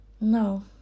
No